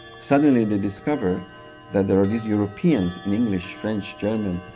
suddenly they discover that there are these europeans, in english, french, german,